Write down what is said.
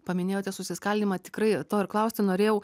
paminėjote susiskaldymą tikrai to ir klausti norėjau